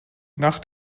nach